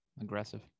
Aggressive